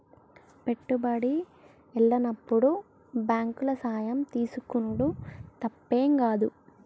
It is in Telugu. పెట్టుబడి ఎల్లనప్పుడు బాంకుల సాయం తీసుకునుడు తప్పేం గాదు